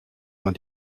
man